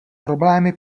problémy